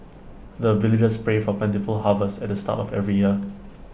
the villagers pray for plentiful harvest at the start of every year